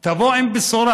תבוא עם בשורה.